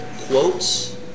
quotes